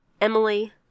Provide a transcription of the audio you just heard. Emily